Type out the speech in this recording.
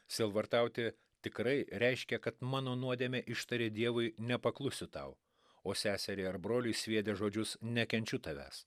sielvartauti tikrai reiškia kad mano nuodėmę ištarė dievui nepaklusiu tau o seseriai ar broliui sviedęs žodžius nekenčiu tavęs